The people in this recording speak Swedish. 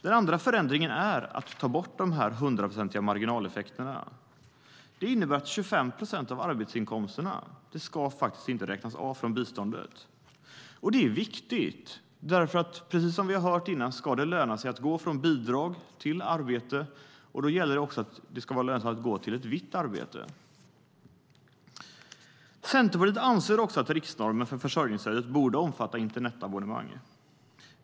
Den andra förändringen är att ta bort de hundraprocentiga marginaleffekterna. Det innebär att 25 procent av arbetsinkomsterna inte ska räknas av från biståndet. Det är viktigt. Precis som vi har hört innan ska det löna sig att gå från bidrag till arbete. Då gäller det också att det ska vara lönsamt att gå till ett vitt arbete. Centerpartiet anser också att riksnormen för försörjningsstödet borde omfatta även internetabonnemang.